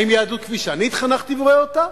האם יהדות כפי שאני התחנכתי ורואה אותה,